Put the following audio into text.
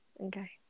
Okay